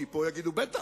כי פה יגידו: בטח,